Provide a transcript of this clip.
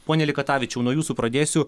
ponia likatavičiau nuo jūsų pradėsiu